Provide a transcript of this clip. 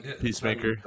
Peacemaker